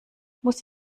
muss